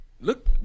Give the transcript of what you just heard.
Look